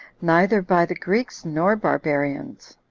neither by the greeks nor barbarians.